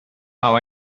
how